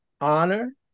honor